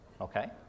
Okay